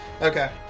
Okay